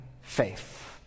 faith